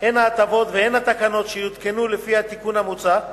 הן ההטבות והן התקנות שיותקנו לפי התיקון המוצע,